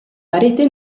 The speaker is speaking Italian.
parete